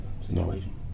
situation